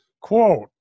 Quote